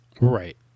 right